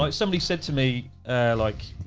like somebody said to me like,